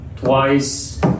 Twice